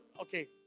okay